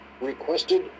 requested